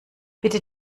bitte